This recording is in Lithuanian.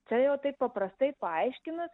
čia jau taip paprastai paaiškinus